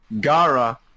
Gara